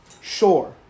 sure